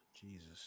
Jesus